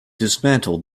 dismantled